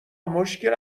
مشکل